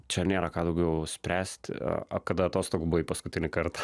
čia nėra ką daugiau spręsti kada atostogų paskutinį kartą